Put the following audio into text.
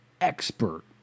expert